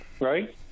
Right